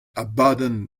abadenn